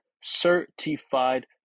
certified